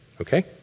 Okay